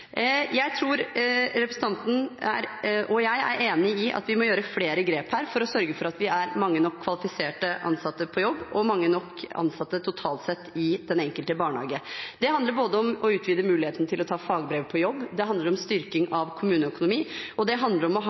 Jeg tror representanten og jeg er enig i at vi må gjøre flere grep for å sørge for at det er mange nok kvalifiserte ansatte på jobb og mange nok ansatte totalt sett i den enkelte barnehage. Det handler både om å utvide muligheten til å ta fagbrev på jobb, det handler om styrking av kommuneøkonomi, og det handler om å ha